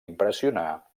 impressionar